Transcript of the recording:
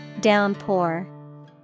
Downpour